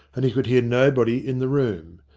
and he could hear nobody in the room.